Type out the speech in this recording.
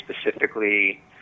specifically